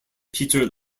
peter